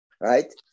right